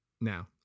now